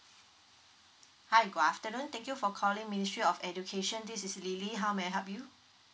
hi good afternoon thank you for calling ministry of education this is lily how may I help you